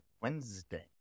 Wednesday